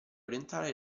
orientale